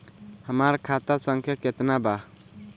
हमार खाता संख्या केतना बा?